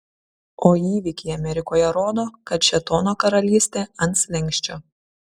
o įvykiai amerikoje rodo kad šėtono karalystė ant slenksčio